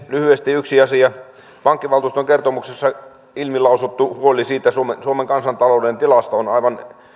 lyhyesti yksi asia pankkivaltuuston kertomuksessa ilmilausuttu huoli siitä suomen kansantalouden tilasta on aivan